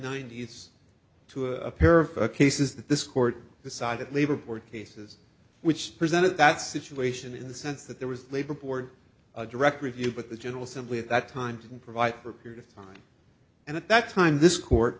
ninety's to a pair of cases that this court decided labor board cases which presented that situation in the sense that there was labor board direct review but the general assembly at that time didn't provide for a period of time and at that time this court